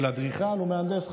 אדריכלית ומהנדס חשמל,